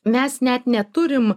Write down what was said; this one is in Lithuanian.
mes net neturim